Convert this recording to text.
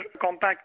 compact